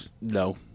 No